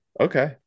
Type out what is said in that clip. Okay